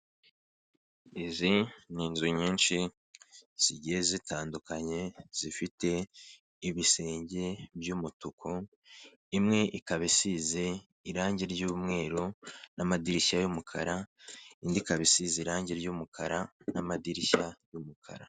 Izi ni inzu nyinshi zigiye zitandukanye, zifite ibisenge by'umutuku, imwe ikaba isize irange ry'umweru, n'amadirishya y'umukara, indi ikaba isize irange ry'umukara, n'amadirishya y'umukara.